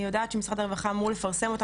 אני יודעת שמשרד הרווחה אמור לפרסם אותן,